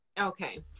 Okay